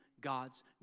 God's